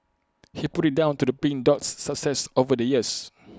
he put IT down to the pink Dot's success over the years